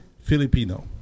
Filipino